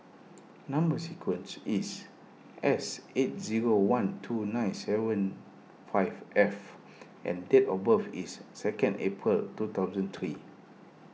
Number Sequence is S eight zero one two nine seven five F and date of birth is second April two thousand three